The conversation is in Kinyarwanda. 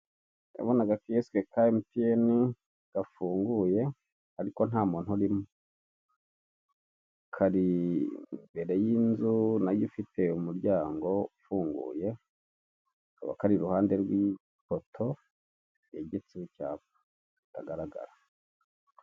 Ndabona agakiyosike ka emutiyeni, gafunguye, ariko nta muntu urimo. Kari imbere y'inzu, na yo ifite umuryango ufunguye, kabaka kari iruhande rw'ipoto yegetseho icyapa, itagaragara.